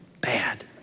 bad